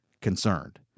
concerned